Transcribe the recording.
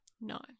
no